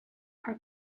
are